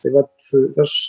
tai vat aš